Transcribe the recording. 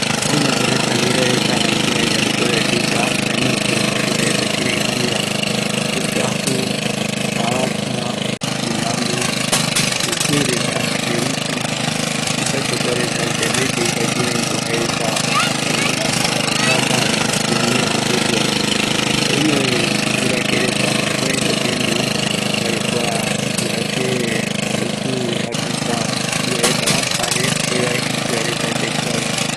Guirareta yaikua iñeerupi, pɨkaju, yeruti, ärakua, pikuireta, yaikua kiraiko jaereta oñoeni pipeva, guirakee reta, jevae ipɨareta yaikuavi